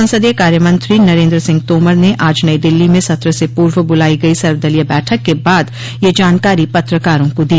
संसदीय कार्य मंत्री नरेन्द्र सिंह तोमर ने आज नई दिल्ली में सत्र से पूर्व बुलाई गई सर्वदलीय बैठक के बाद यह जानकारी पत्रकारों को दी